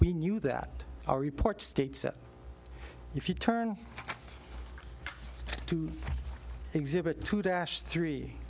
we knew that our report states that if you turn to exhibit two dash three